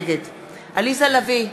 נגד עליזה לביא,